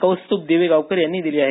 कौस्तुभ दिवेगावकर यांनी दिली आहे